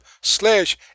slash